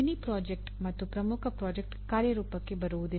mini project ಮತ್ತು ಪ್ರಮುಖ project ಕಾರ್ಯರೂಪಕ್ಕೆ ಬರುವುದಿಲ್ಲ